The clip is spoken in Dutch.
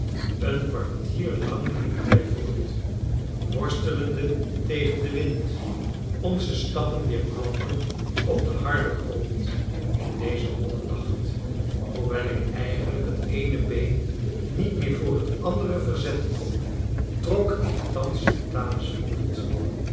een kwartier lang liepen wij voort worstelende tegen den wind onze stappen weerklonken op den harden grond in dezen hollen nacht hoewel ik eigenlijk het eene been niet meer voor het andere verzetten kon trok ik thans vitalis voort